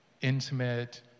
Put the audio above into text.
intimate